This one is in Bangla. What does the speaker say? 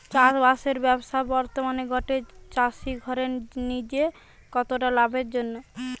চাষবাসের ব্যাবসা বর্তমানে গটে চাষি ঘরের জিনে কতটা লাভের?